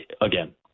again